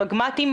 פרגמטיים,